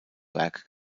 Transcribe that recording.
werk